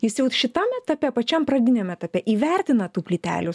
jis jau šitam etape pačiam pradiniam etape įvertina tų plytelių